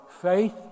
faith